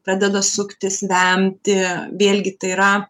pradeda suktis vemti vėlgi tai yra